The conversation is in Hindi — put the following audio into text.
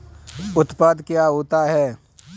उत्पाद क्या होता है?